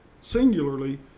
singularly